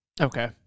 Okay